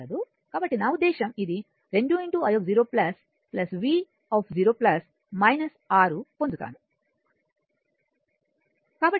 మారదు కాబట్టి నా ఉద్దేశం ఇది 2 i0 v0 6 పొందుతాను